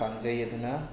ꯀꯥꯡꯖꯩ ꯑꯗꯨꯅ